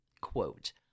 Quote